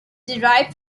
derived